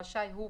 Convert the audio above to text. רשאי הוא,